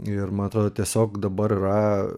ir man atrodo tiesiog dabar yra